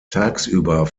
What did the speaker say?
tagsüber